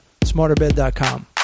smarterbed.com